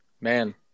Man